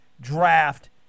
draft